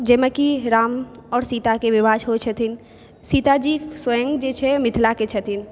जाहिमे कि राम आओर सीताके विवाह सेहो छथिन सीताजी स्वयं जे छै मिथिलाके छथिन